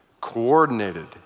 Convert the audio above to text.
coordinated